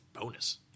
bonus